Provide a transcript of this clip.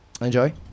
Enjoy